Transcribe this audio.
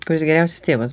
kuris geriausias tėvas